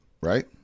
Right